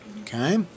Okay